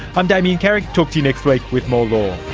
i'm damien carrick, talk to you next week with more